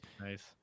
Nice